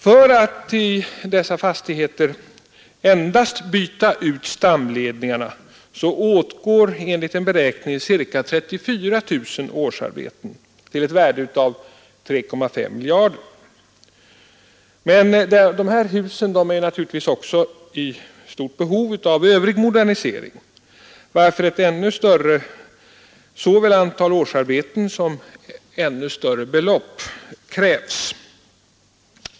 För att i dessa fastigheter endast byta ut stamledningarna åtgår enligt en beräkning ca 34 000 årsarbeten till ett värde av 3,5 miljarder kronor. Men dessa hus är naturligtvis också i stort behov av övrig modernisering, för vilken både ett ännu större antal årsarbeten och ett ännu större belopp krävs.